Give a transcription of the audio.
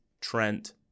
Trent